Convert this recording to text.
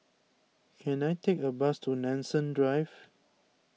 can I take a bus to Nanson Drive